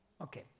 Okay